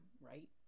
right